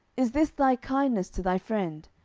is this thy kindness to thy friend?